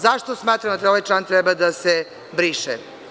Zašto smatramo da ovaj član treba da se briše?